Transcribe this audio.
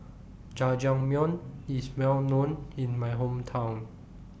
Jajangmyeon IS Well known in My Hometown